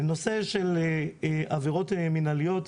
לנושא של עבירות מנהליות,